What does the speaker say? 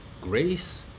grace